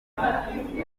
wabaye